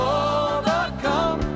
overcome